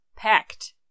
Packed